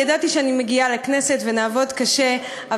ידעתי שאני מגיעה לכנסת ונעבוד קשה,